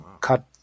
cut